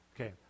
Okay